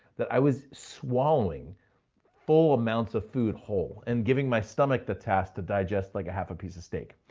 that i was swallowing full amounts of food hole and giving my stomach the task to digest like a half a piece of steak.